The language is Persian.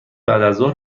بعدازظهر